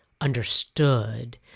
understood